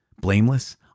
blameless